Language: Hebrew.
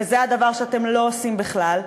וזה הדבר שאתם לא עושים בכלל?